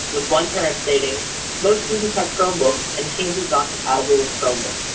with one parent stating most students have chromebooks and teams is not compatible with chromebook.